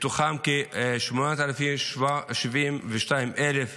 מתוכן כ-872,000 ילדים.